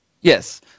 Yes